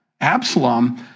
Absalom